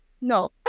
no